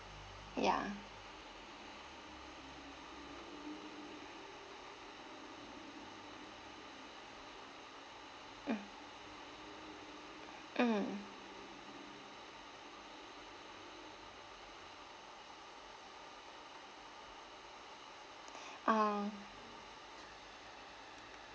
ya mm mm uh